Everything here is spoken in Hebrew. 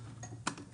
תקציבים.